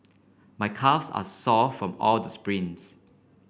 my calves are sore from all the sprints